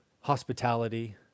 hospitality